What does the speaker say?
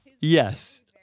Yes